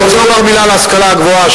אני רוצה לומר מלה על ההשכלה הגבוהה,